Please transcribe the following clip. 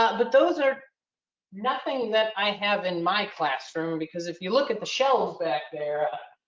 ah but those are nothing that i have in my classroom. because if you look at the shelves back there, a